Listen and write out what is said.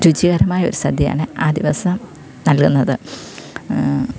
രുചികരമായ സദ്യയാണ് ആ ദിവസം നല്കുന്നത്